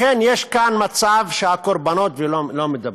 לכן יש כאן מצב שהקורבנות לא מדברים.